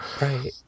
Right